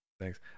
Thanks